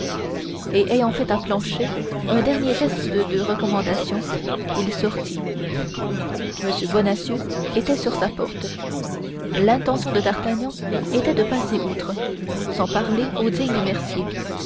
et ayant fait à planchet un dernier geste de recommandation il sortit m bonacieux était sur sa porte l'intention de d'artagnan était de passer outre sans parler au digne mercier